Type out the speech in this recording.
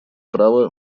право